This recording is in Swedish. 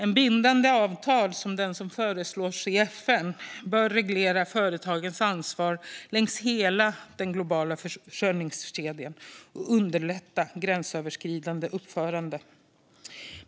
Ett bindande avtal, som det som föreslås i FN, bör reglera företagens ansvar längs hela den globala försörjningskedjan och underlätta gränsöverskridande uppförande.